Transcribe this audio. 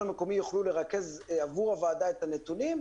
המקומי יוכלו לרכז עבור הוועדה את הנתונים,